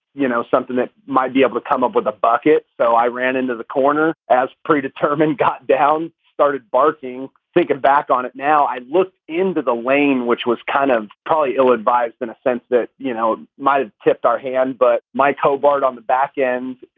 you know, something that might be able to come up with a bucket. so i ran into the corner as pre-determine got down, started barking, thinking back on it now. i looked into the lane, which was kind of probably ill-advised in a sense that, you know, it might have tipped our hand. but mike hobart, on the back end,